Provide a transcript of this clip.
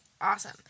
awesome